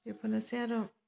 बेफोरनोसै आरो